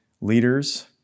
leaders